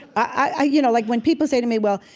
i, you know, like when people say to me, well,